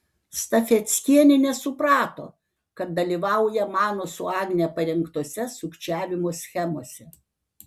stafeckienė nesuprato kad dalyvauja mano su agne parengtose sukčiavimo schemose